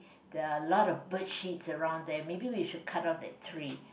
there're a lot of bird shits around there maybe we should cut off that tree